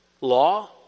law